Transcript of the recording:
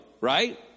right